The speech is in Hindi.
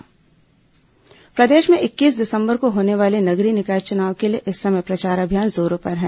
नगरीय निकाय चुनाव प्रदेश में इक्कीस दिसंबर को होने वाले नगरीय निकाय चुनाव के लिए इस समय प्रचार अभियान जोरों पर हैं